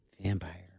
Vampire